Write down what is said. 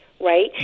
Right